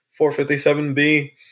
457B